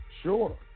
Sure